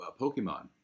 Pokemon